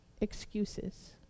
excuses